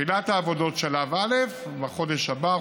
תחילת העבודות בשלב א': בחודש הבא,